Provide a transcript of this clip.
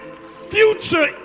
future